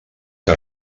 que